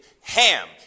ham